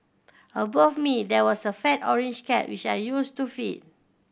above me there was a fat orange cat which I used to feed